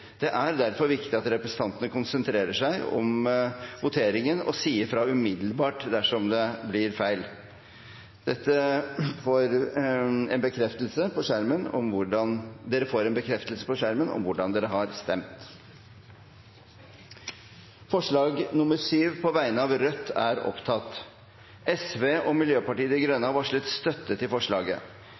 Det er derfor viktig at representantene konsentrerer seg om voteringen, og sier fra umiddelbart dersom det er blitt feil. Dere får en bekreftelse på skjermen om hvordan dere har stemt. Det voteres over forslag nr. 7, fra Rødt. Forslaget lyder: «Stortinget ber regjeringen etterleve baseerklæringen og sørge for at det ikke finnes permanente utenlandske militærbaser på